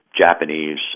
Japanese